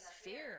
fear